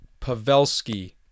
Pavelski